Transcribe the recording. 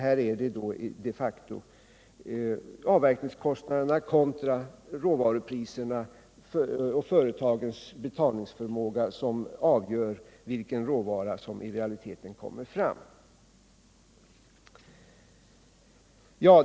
Här är det de facto avverkningskostnaderna kontra råvarupriserna och företagens betalningsförmåga som avgör vilken råvara som i realiteten kommer fram.